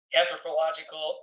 anthropological